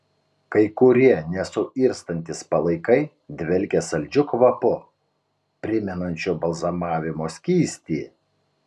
kai kurie nesuirstantys palaikai dvelkia saldžiu kvapu primenančiu balzamavimo skystį